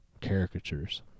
caricatures